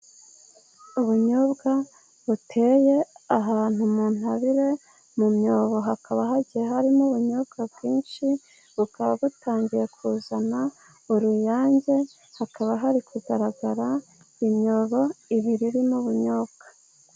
Ubunyobwa buteye ahantu mu ntabire, mu myobo hakaba hagiye harimo ubunyobwa bwinshi, bukaba butangiye kuzana uruyange. Hakaba hari kugaragara imyobo ibiri irimo ubunyobwa.